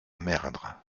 merdre